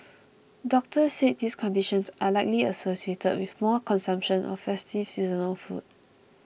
doctors said these conditions are likely associated with more consumption of festive seasonal food